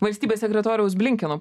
valstybės sekretoriaus blinkino